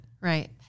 Right